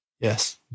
Yes